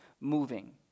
moving